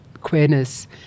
queerness